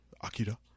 Akira